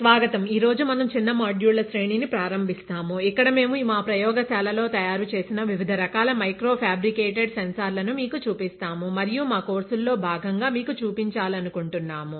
స్వాగతం ఈ రోజు మనం చిన్న మాడ్యూళ్ల శ్రేణిని ప్రారంభిస్తాముఇక్కడ మేము మా ప్రయోగశాలలో తయారు చేసిన వివిధ రకాల మైక్రోఫ్యాబ్రికేటెడ్ సెన్సార్లను మీకు చూపిస్తాముమరియు మా కోర్సులో భాగంగా మీకు చూపించాలనుకుంటున్నాము